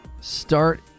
start